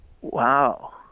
wow